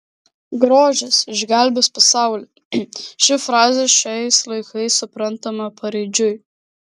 grožis išgelbės pasaulį ši frazė šiais laikais suprantama paraidžiui